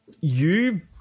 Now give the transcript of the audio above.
you-